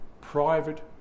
private